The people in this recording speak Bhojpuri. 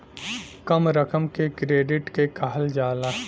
कम रकम के क्रेडिट के कहल जाला